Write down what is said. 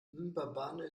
mbabane